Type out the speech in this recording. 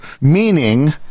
meaning